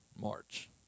march